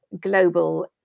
global